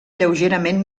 lleugerament